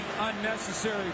unnecessary